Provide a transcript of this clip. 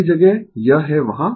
कई जगह यह है वहां